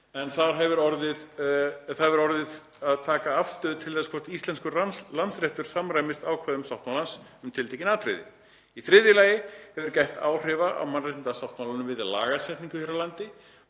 en þar hefur orðið að taka afstöðu til þess hvort íslenskur landsréttur samrýmist ákvæðum sáttmálans um tiltekin atriði. Í þriðja lagi hefur gætt áhrifa af mannréttindasáttmálanum við lagasetningu hér á landi